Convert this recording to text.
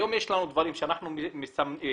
היום יש דברים שאנחנו מייצרים,